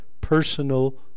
personal